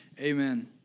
Amen